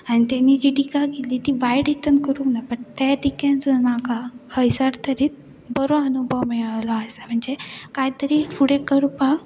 आनी तेणी जी टिका केल्ली ती वायट हितन करूंक ना बट ते टिकेसून म्हाका खंयसर तरीत बरो अनुभव मेळलो आसा म्हणजे कांय तरी फुडें करपाक